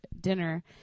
dinner